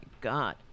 god